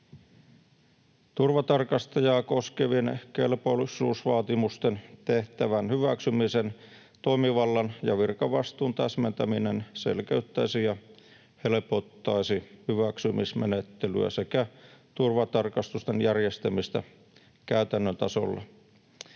Turvatarkastajaa koskevien kelpoisuusvaatimusten, tehtävään hyväksymisen, toimivallan ja virkavastuun täsmentäminen selkeyttäisi ja helpottaisi hyväksymismenettelyä sekä turvatarkastusten järjestämistä käytännön tasolla.